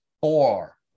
four